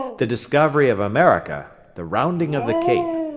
the discovery of america, the rounding of the cape,